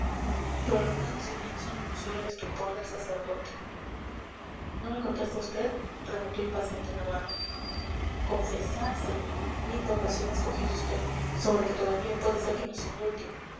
prolongado silencio anunció el estupor del sacerdote no me contesta vd preguntó impaciente navarro confesarse linda ocasión ha escogido usted sobre que todavía puede ser que nos indulten